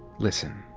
listen,